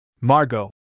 Margot